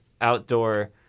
outdoor